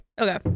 okay